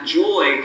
joy